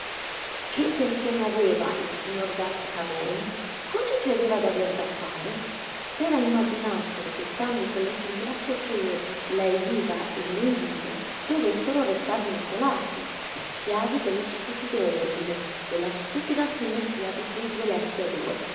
che intenzioni aveva il signor gàttica-mei con chi credeva d'aver da fare s'era immaginato dettando quell'epigrafe che lei viva e lui vivo dovessero restar vincolati schiavi dello stupido ordine della stupida simmetria di quei due letti a due